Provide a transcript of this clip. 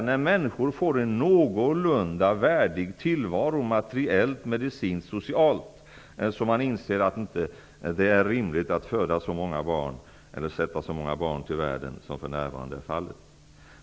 När människor får en någorlunda värdig tillvaro materiellt, medicinskt och socialt anser de att det inte rimligt att sätta så många barn till världen som för närvarande är fallet.